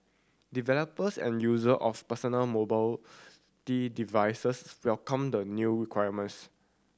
developers and user of personal mobility devices welcomed the new requirements